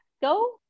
go